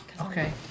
Okay